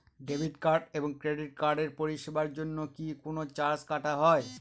Debit card এবং credit কার্ডের পরিষেবার জন্য কি কোন চার্জ কাটা হয়?